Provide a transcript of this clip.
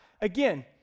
Again